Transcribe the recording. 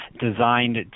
designed